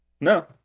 No